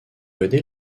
aider